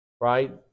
right